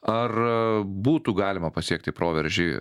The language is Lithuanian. ar būtų galima pasiekti proveržį